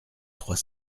trois